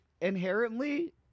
inherently